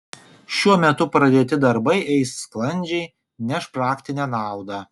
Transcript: šiuo metu pradėti darbai eisis sklandžiai neš praktinę naudą